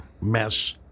mess